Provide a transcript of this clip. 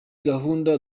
gahunda